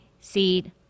seed